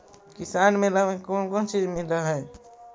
किसान मेला मे कोन कोन चिज मिलै है?